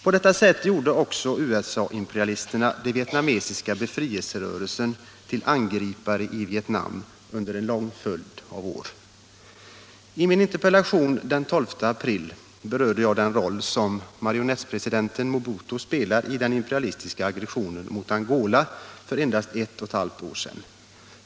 På samma sätt gjorde USA-imperialisterna den vietnamesiska befrielserörelsen till angripare i Vietnam under en lång följd av år. I min interpellation den 12 april berörde jag den roll som marionettpresidenten Mobutu spelade i den imperialistiska aggressionen mot Angola för endast ett och ett halvt år sedan.